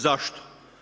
Zašto?